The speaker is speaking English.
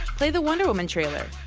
play the wonder woman trailer.